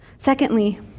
Secondly